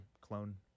Clone